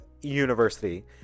university